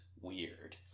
weird